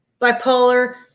bipolar